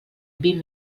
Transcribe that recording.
vint